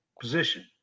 position